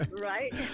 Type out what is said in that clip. Right